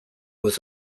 was